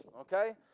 Okay